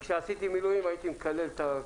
וכשעשיתי מילואים הייתי מקלל את הצו,